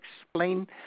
explain